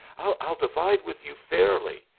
i'll divide with you fairly.